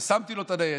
חסמתי לו את הניידת.